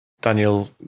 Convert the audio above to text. Daniel